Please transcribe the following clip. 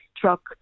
truck